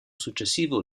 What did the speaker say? successivo